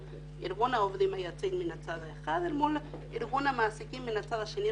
ארגון העובדים היציג מן הצד האחד את מול ארגון המעסיקים מן הצד השני.